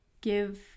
give